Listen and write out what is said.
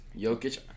Jokic